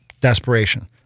desperation